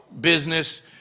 business